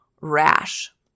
rash